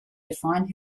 define